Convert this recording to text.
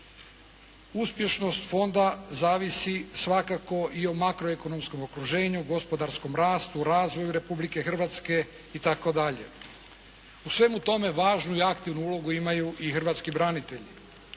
uspješnost Fonda zavisi svakako i o makroekonomskom okruženju, gospodarskom rastu, razvoju Republike Hrvatske itd.. U svemu tome, važnu i aktivnu ulogu imaju hrvatski branitelji.